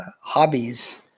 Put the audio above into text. hobbies